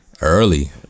Early